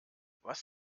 was